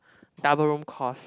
double room cost